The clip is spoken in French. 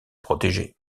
protégée